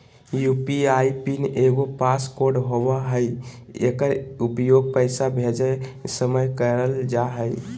UPI PIN एगो passcode होबो हइ एकर उपयोग पैसा भेजय समय कइल जा हइ